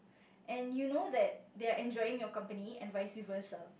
and you know that they're enjoying your company and vice versa